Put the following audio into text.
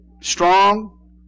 Strong